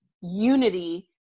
unity